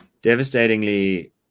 devastatingly